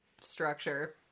structure